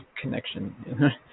connection